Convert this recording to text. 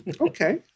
okay